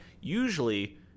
usually